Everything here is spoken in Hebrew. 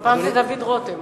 הפעם זה דוד רותם.